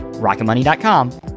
rocketmoney.com